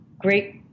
great